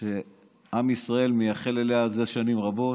שעם ישראל מייחל לה זה שנים רבות,